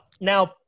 Now